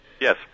Yes